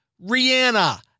Rihanna